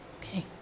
Okay